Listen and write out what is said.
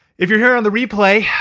if you're here on the replay,